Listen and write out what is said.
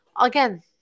again